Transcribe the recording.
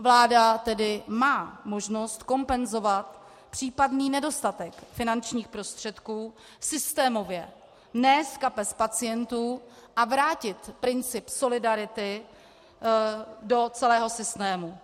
Vláda tedy má možnost kompenzovat případný nedostatek finančních prostředků systémově, ne z kapes pacientů, a vrátit princip solidarity do celého systému.